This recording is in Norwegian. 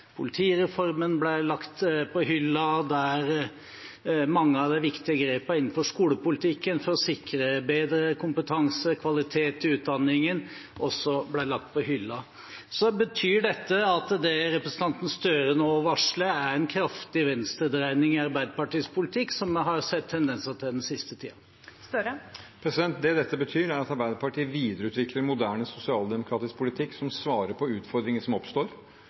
politireformen ble lagt på hylla, og der mange av de viktige grepene innenfor skolepolitikken for å sikre bedre kompetanse og kvalitet i utdanningen også ble lagt på hylla. Betyr dette at det representanten Støre nå varsler, er en kraftig venstredreining i Arbeiderpartiets politikk, som vi har sett tendenser til den siste tiden? Det dette betyr, er at Arbeiderpartiet videreutvikler en moderne sosialdemokratisk politikk som svarer på utfordringer som oppstår,